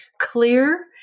clear